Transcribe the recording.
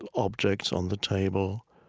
and objects on the table.